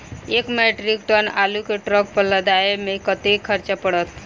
एक metric tonne आलु केँ ट्रक पर लदाबै मे कतेक खर्च पड़त?